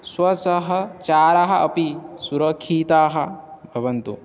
स्वसः चारः अपि सुरक्षिताः भवन्तु